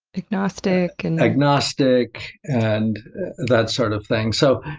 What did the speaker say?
agnostic. and agnostic and that sort of thing. so,